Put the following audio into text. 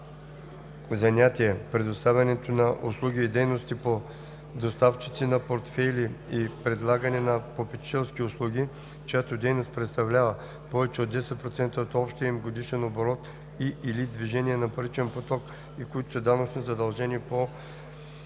по занятие предоставянето на услуги и дейности по доставчици на портфейли и предлагане на попечителски услуги, чиято дейност представлява повече от 10% от общия им годишен оборот и/или движение на паричен поток и които са данъчно задължени